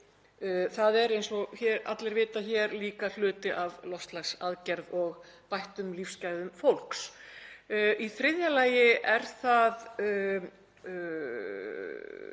Það er eins og allir vita líka hluti af loftslagsaðgerðum og bættum lífsgæðum fólks. Í þriðja lagi er það